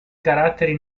caratteri